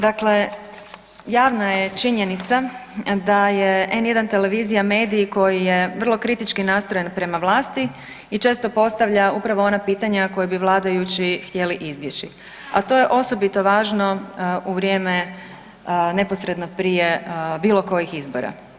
Dakle, javna je činjenica da je N1 televizija medij koji je vrlo kritički nastrojen prema vlasti i često postavlja upravo ona pitanja koja bi vladajući htjeli izbjeći, a to je osobito važno u vrijeme neposredno prije bilo kojih izbora.